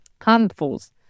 handfuls